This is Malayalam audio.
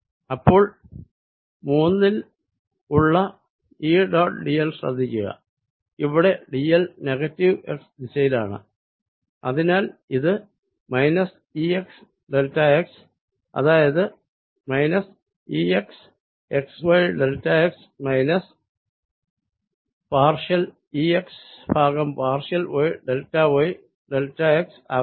അപ്പോൾ 3 ൽ ഉള്ള E ഡോട്ട് dl ശ്രദ്ധിക്കുക ഇവിടെ dl നെഗറ്റീവ് x ദിശയിലാണ് അതിനാൽ ഇത് minus E x delta x അതായത് minus E x x y delta x minus partial E x ഭാഗം partial y delta y delta x ആകുന്നു